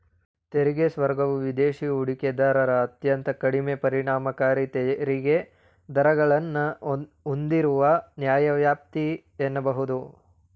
ತೆರಿಗೆ ಸ್ವರ್ಗವು ವಿದೇಶಿ ಹೂಡಿಕೆದಾರರಿಗೆ ಅತ್ಯಂತ ಕಡಿಮೆ ಪರಿಣಾಮಕಾರಿ ತೆರಿಗೆ ದರಗಳನ್ನ ಹೂಂದಿರುವ ನ್ಯಾಯವ್ಯಾಪ್ತಿ ಎನ್ನಬಹುದು